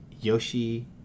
Yoshi